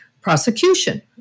prosecution